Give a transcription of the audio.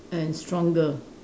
and stronger